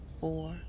four